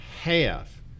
half